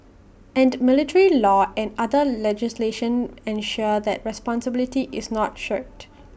and military law and other legislation ensure that responsibility is not shirked